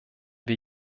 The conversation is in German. wir